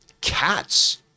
Cats